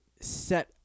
set